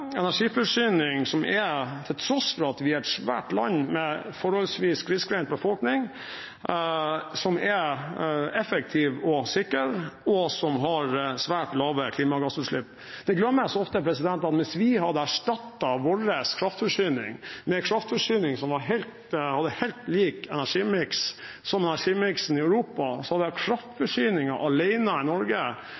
energiforsyning som til tross for at vi er et stort land med forholdsvis grisgrendt befolkning, er effektiv og sikker, og som har svært lave klimagassutslipp. Det glemmes ofte at hvis vi hadde erstattet vår kraftforsyning med en kraftforsyning som hadde helt lik energimiks som energimiksen i Europa,